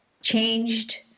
changed